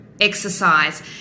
exercise